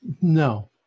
No